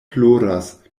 ploras